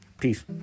Peace